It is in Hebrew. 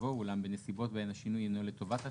יבוא "אולם בנסיבות בהן השינוי אינו לטובת הצרכן,